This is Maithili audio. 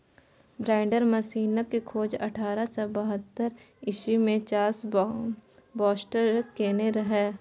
बांइडर मशीनक खोज अठारह सय बहत्तर इस्बी मे चार्ल्स बाक्सटर केने रहय